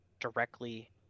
directly